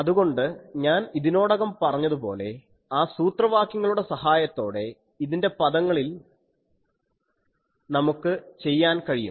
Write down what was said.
അതുകൊണ്ട് ഞാൻ ഇതിനോടകം പറഞ്ഞതുപോലെ ആ സൂത്രവാക്യങ്ങളുടെ സഹായത്തോടെ ഇതിൻറെ പദങ്ങളിൽ നമുക്ക് ചെയ്യാൻ കഴിയും